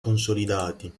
consolidati